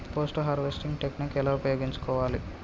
Post harvesting technique ఎలా ఉపయోగించుకోవాలి?